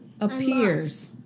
appears